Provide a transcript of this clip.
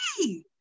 hey